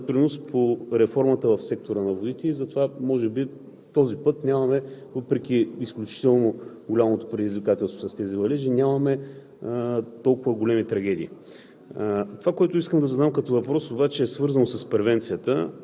загинали. Смятам, че това управление има много сериозен принос по реформата в сектора на водите и затова може би този път нямаме, въпреки изключително голямото предизвикателство с тези валежи, толкова големи трагедии.